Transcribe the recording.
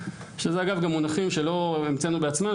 שזה אגב מונחים שלא המצאנו בעצמנו,